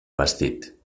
vestit